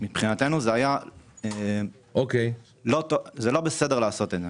זה לא בסדר לעשות את זה.